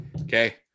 Okay